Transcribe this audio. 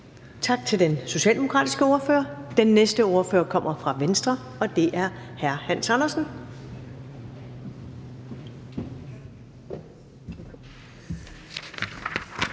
Tak til den socialdemokratiske ordfører. Den næste ordfører kommer fra Venstre, og det er hr. Hans Andersen.